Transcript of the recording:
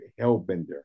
Hellbender